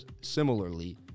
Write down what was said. similarly